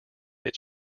its